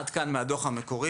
עד כאן, מהדוח המקורי.